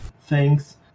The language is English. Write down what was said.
Thanks